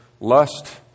lust